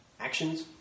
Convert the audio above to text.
actions